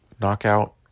knockout